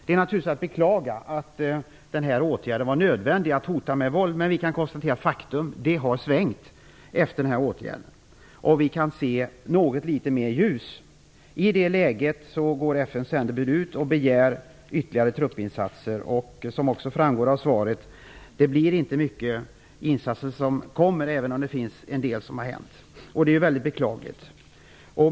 Det är naturligtvis att beklaga att åtgärden att hota med våld var nödvändig. Men vi kan konstatera faktum; det har svängt efter denna åtgärd. Vi kan se litet mer ljus. I detta läge går FN:s sändebud ut och begär ytterligare truppinsatser. Som framgår av svaret händer det inte så mycket, även om det har hänt en del. Det är beklagligt.